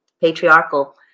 patriarchal